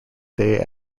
day